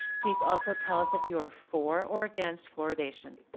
please also tell us if you are for or against fluoridation